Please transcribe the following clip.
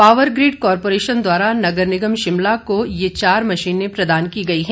power grid corporation द्वारा नगर निगम शिमला को ये चार मशीनें प्रदान की गई हैं